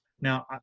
Now